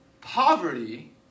poverty